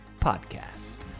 Podcast